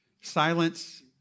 silence